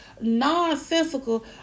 nonsensical